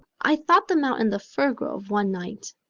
i thought them out in the fir grove one night,